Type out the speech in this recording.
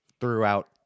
throughout